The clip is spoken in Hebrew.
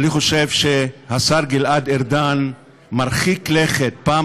אני חושב שהשר גלעד ארדן מרחיק לכת פעם